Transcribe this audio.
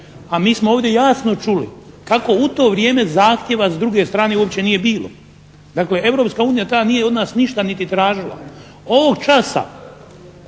A mi smo ovdje jasno čuli kako u to vrijeme zahtjeva s druge strane uopće nije bilo. Dakle, Europska unija tada nije od nas ništa niti tražila. Ovog časa,